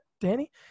Danny